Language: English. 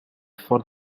for